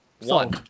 One